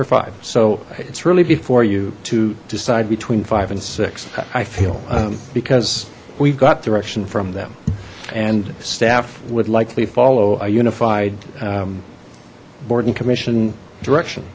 for five so it's really before you to decide between five and six i feel because we've got direction from them and staff would likely follow a unified boarding commission direction